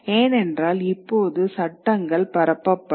ஏனென்றால் இப்போது சட்டங்கள் பரப்பப்படும்